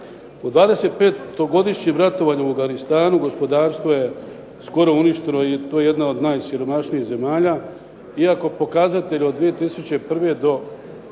U 25-godišnjem ratovanju u Afganistanu gospodarstvo je skoro uništeno i to je jedna od najsiromašnijih zemalja iako pokazatelji od 2001. do danas